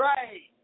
Right